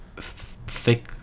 thick